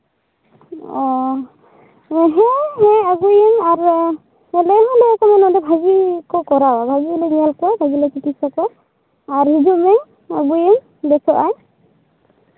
ᱚ ᱦᱮᱸ ᱦᱮᱸ ᱟᱹᱜᱩᱭᱮᱢ ᱞᱟᱹᱭᱢᱮ ᱞᱟᱹᱭ ᱟᱠᱚ ᱢᱮ ᱱᱚᱰᱮ ᱵᱷᱟᱹᱜᱤ ᱠᱚ ᱠᱚᱨᱟᱣᱟ ᱵᱷᱟᱹᱜᱤᱞᱮ ᱧᱮᱞ ᱠᱚᱣᱟ ᱵᱷᱟᱹᱜᱤᱞᱮ ᱪᱤᱠᱤᱛᱥᱟ ᱠᱚᱣᱟ ᱟᱨ ᱦᱤᱡᱩᱜ ᱢᱮ ᱟᱹᱜᱩᱭᱮᱢ ᱵᱮᱥᱚᱜ ᱟᱭ